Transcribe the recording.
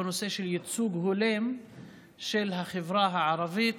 בנושא של ייצוג הולם של החברה הערבית